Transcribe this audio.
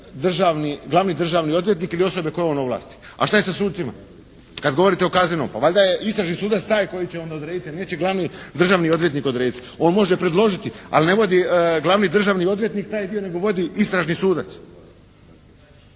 glavni državni odvjetnik ili osobe koje on ovlasti. A šta je sa sucima kad govorite o kaznenom? Pa valjda je istražni sudac taj koji će onda odrediti, neće glavni državni odvjetnik odrediti. On može predložiti, ali ne vodi glavni državni odvjetnik taj dio nego vodi istražni sudac.